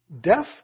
death